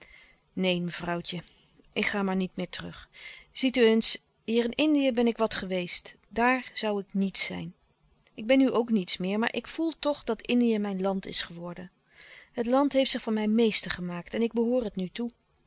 neen mevrouwtje ik ga maar niet meer terug ziet u eens hier in indië ben ik wat geweest daar zoû ik niets zijn ik ben nu ook niets meer maar ik voel toch dat indië mijn land is geworden het land heeft zich van mij meester gemaakt en ik behoor het nu toe